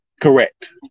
correct